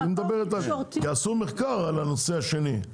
עשו מחקר על הנושא השני.